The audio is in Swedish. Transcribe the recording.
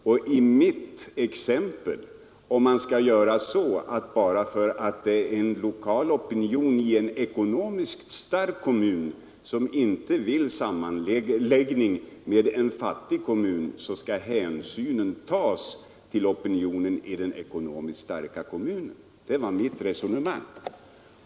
Jag tog exemplet med en lokal opinion i en ekonomiskt stark kommun som inte vill sammanläggning med en fattig kommun, och jag frågade om hänsynen då skulle tas till opinionen i den ekonomiskt starka kommunen. Det var mitt resonemang.